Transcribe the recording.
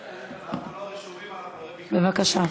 בבקשה.